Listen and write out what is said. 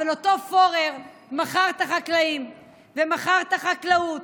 אבל אותו פורר מכר את החקלאים ומכר את החקלאות,